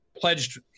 pledged